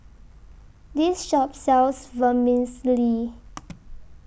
This Shop sells Vermicelli